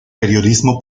periodismo